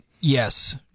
Yes